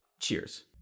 Cheers